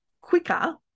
quicker